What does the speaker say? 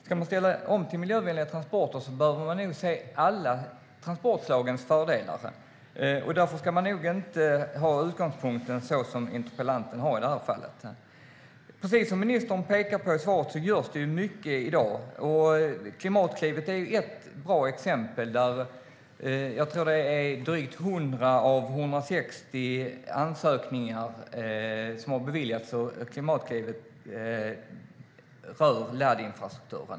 Ska man ställa om till miljövänliga transporter behöver man se alla transportslagens fördelar. Därför ska man nog inte ha den utgångspunkt som interpellanten har i det här fallet. Precis som ministern pekar på i svaret görs det mycket i dag. Klimatklivet, som rör laddinfrastrukturen, är ett bra exempel, där jag tror att det är drygt 100 av 160 ansökningar som har beviljats.